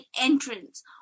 entrance